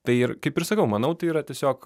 tai ir kaip ir sakau manau tai yra tiesiog